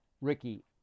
Ricky